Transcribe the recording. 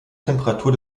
temperatur